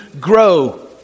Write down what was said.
grow